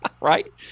Right